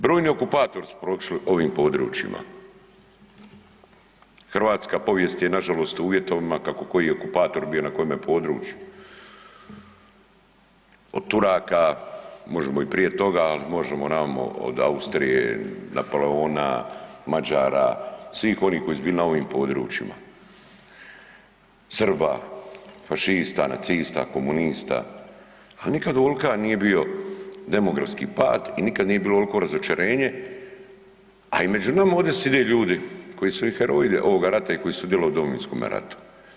Brojni okupatori su prošli ovim područjima, hrvatska povijest je nažalost uvjetovana kako koji je okupator bio na kojemu području, od Turaka, možemo i prije toga, al možemo amo od Austrije, Napoleona, Mađara, svih onih koji su bili na ovim područjima, Srba, fašista, nacista, komunista, al nikad ovolka nije bio demografski pad i nikad nije bilo ovolko razočarenje, a i među nama ovdje side ljudi koji su i heroji ovoga rata i koji su sudjelovali u Domovinskome ratu.